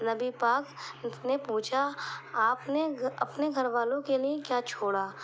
نبی پاک نے پوچھا آپ نے اپنے گھر والوں کے لیے کیا چھوڑا